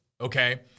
okay